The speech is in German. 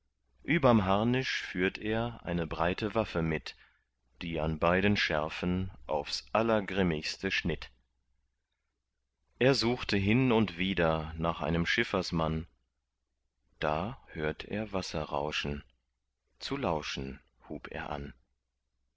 überm harnisch führt er eine breite waffe mit die an beiden schärfen aufs allergrimmigste schnitt er suchte hin und wieder nach einem schiffersmann da hört er wasser rauschen zu lauschen hub er an